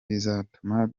bizatuma